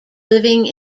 living